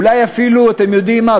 אולי אפילו, אתם יודעים מה?